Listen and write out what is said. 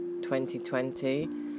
2020